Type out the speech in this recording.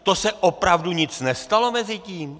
To se opravdu nic nestalo mezi tím?